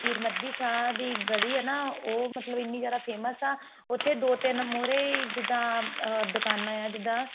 ਪੀਰ ਮੱਧੀ ਸ਼ਾਹ ਦੀ ਗਲੀ ਹੈ ਨਾ ਉਹ ਮਤਲਬ ਇੰਨੀ ਜ਼ਿਆਦਾ ਫੇਮਸ ਆ ਉੱਥੇ ਦੋ ਤਿੰਨ ਮੂਹਰੇ ਜਿੱਦਾਂ ਦੁਕਾਨਾਂ ਆ ਜਿੱਦਾਂ